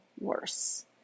worse